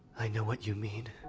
i know what you mean.